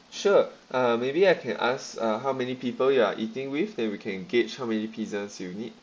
sure uh maybe I can ask uh how many people you are eating with then we can gauge how many pizzas you need